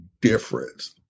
difference